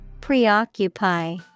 Preoccupy